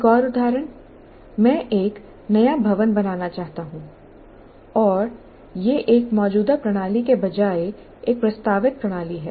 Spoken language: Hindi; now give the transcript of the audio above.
एक और उदाहरण मैं एक नया भवन बनाना चाहता हूं और यह एक मौजूदा प्रणाली के बजाय एक प्रस्तावित प्रणाली है